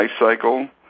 lifecycle